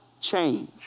change